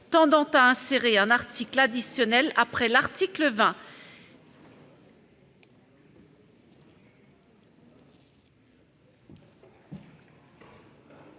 tendant à insérer un article additionnel après l'article 20.